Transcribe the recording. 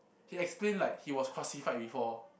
he explained like he was crucified before